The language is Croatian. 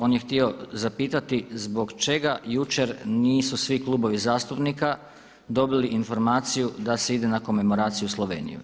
On je htio zapitati zbog čega jučer nisu svi klubovi zastupnika dobili informaciju da se ide na komemoraciju u Sloveniji.